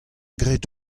graet